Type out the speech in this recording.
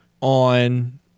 on